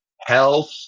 health